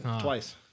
twice